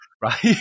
right